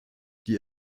die